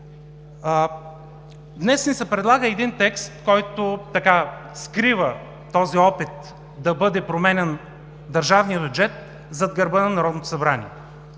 Днес ни се предлага един текст, който скрива този опит да бъде променян държавният бюджет зад гърба на Народното събрание.